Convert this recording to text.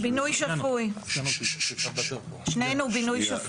בינוי שפוי, שנינו בינוי שפוי.